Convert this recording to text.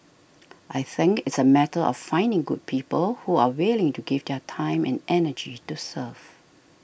I think it's a matter of finding good people who are willing to give their time and energy to serve